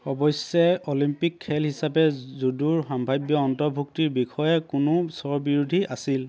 অৱশ্যে অলিম্পিক খেল হিচাপে জুডোৰ সম্ভাৱ্য অন্তৰ্ভুক্তিৰ বিষয়ে কোনো স্ব বিৰোধী আছিল